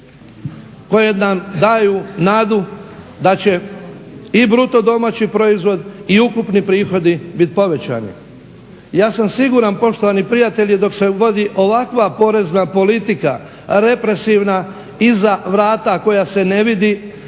koje nam daju nadu da će i BDP i ukupni prihodi bit povećani? Ja sam siguran, poštovani prijatelji, dok se god ovakva porezna politika represivna iza vrata koja se ne vidi,